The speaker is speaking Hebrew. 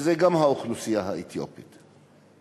שזה גם האוכלוסייה האתיופית.